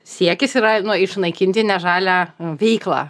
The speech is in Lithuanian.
siekis yra nu išnaikinti ne žalią veiklą